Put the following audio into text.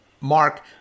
Mark